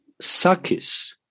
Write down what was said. Sakis